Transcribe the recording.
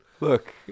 Look